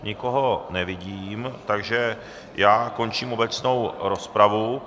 Nikoho nevidím, takže končím obecnou rozpravu.